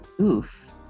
Oof